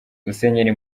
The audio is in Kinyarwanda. musenyeri